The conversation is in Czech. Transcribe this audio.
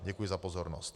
Děkuji za pozornost.